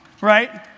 right